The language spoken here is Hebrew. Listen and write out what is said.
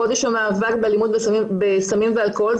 חודש המאבק בסמים ואלכוהול,